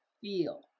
feel